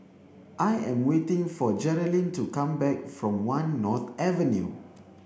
I am waiting for Jerilyn to come back from One North Avenue